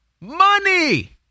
Money